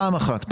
פעם אחת.